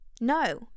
No